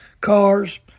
cars